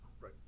Right